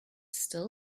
still